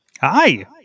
hi